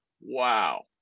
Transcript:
wow